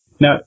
Now